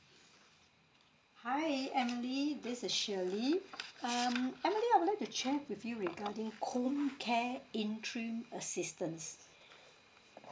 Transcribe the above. hi emily this is shirley um emily I would like to check with you regarding home care interim assistance